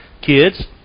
Kids